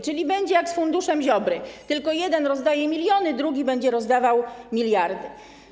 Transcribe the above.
Czyli będzie jak z funduszem Ziobry, tylko jeden rozdaje miliony, drugi będzie rozdawał miliardy.